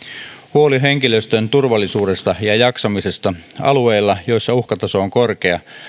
huoli henkilöstön turvallisuudesta ja ja jaksamisesta alueilla joilla uhkataso on korkea